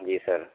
जी sir